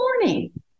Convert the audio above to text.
morning